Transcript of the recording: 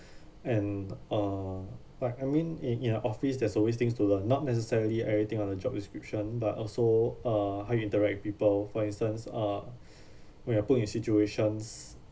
and uh but I mean in in a office there's always things to learn not necessarily everything on the job description but also uh how you interact with people for instance uh we are put in situations